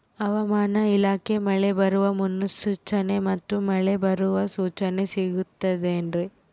ಹವಮಾನ ಇಲಾಖೆ ಮಳೆ ಬರುವ ಮುನ್ಸೂಚನೆ ಮತ್ತು ಮಳೆ ಬರುವ ಸೂಚನೆ ಸಿಗುತ್ತದೆ ಏನ್ರಿ?